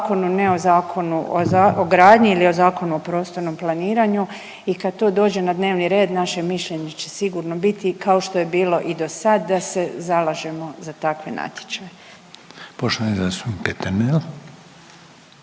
ne o Zakonu o gradnji ili o Zakonu o prostornom planiranju. I kad to dođe na dnevni red naše mišljenje će sigurno biti kao što je bilo i do sad da se zalažemo za takve natječaje. **Reiner,